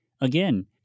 Again